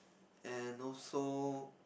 and also